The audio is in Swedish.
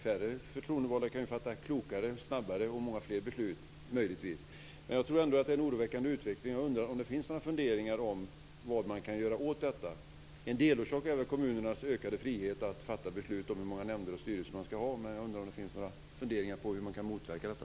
Färre förtroendevalda kan möjligtvis fatta klokare, snabbare och många fler beslut. Men jag tror ändå att det är en oroväckande utveckling. Jag undrar om det finns några funderingar om vad man kan göra åt detta. En delorsak är väl kommunernas ökade frihet när det gäller att fatta beslut om hur många nämnder och styrelser de ska ha, men jag undrar om det finns några funderingar kring hur man kan motverka detta.